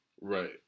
Right